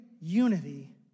unity